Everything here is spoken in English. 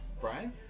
Brian